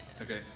Okay